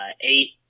eight